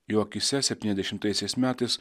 jo akyse septyniasdešimtaisiais metais